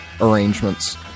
arrangements